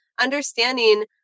understanding